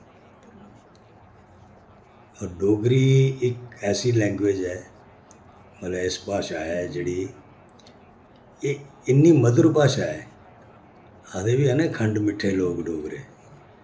होर डोगरी इक ऐसी लैंगुएज ऐ मतलब ऐसी भाशा ऐ जेह्ड़ी एह् इन्नी मधुर भाशा ऐ आखदे बी ऐ ना खंड मिट्ठे लोक डोगरे